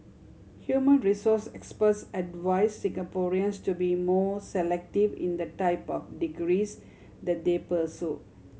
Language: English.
human resource experts advise Singaporeans to be more selective in the type of degrees that they pursue